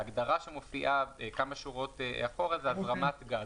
ההגדרה שמופיעה כמה שורות לפני כן זה "הזרמת גז".